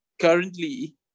currently